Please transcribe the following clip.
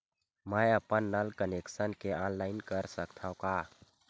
मैं अपन नल कनेक्शन के ऑनलाइन कर सकथव का?